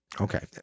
Okay